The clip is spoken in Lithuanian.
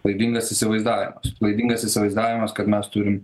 klaidingas įsivaizdavimas klaidingas įsivaizdavimas kad mes turim